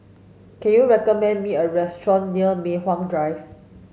can you recommend me a restaurant near Mei Hwan Drive